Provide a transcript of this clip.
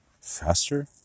faster